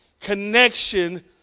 connection